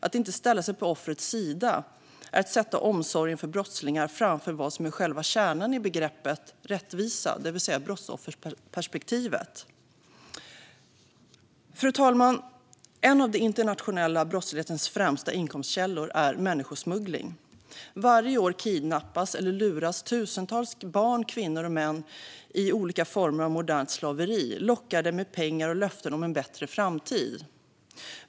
Att inte ställa sig på offrets sida är att sätta omsorgen om brottslingar framför vad som är själva kärnan i begreppet rättvisa, det vill säga brottsofferperspektivet. Fru talman! En av den internationella brottslighetens främsta inkomstkällor är människosmuggling. Varje år kidnappas eller luras tusentals barn, kvinnor och män in i olika former av modernt slaveri, lockade med pengar och löften om en bättre framtid.